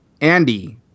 Andy